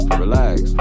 relax